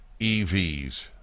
EVs